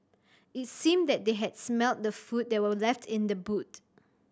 it seemed that they had smelt the food that were left in the boot